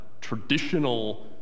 traditional